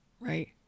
right